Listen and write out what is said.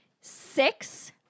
six